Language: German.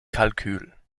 kalkül